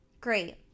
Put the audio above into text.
Great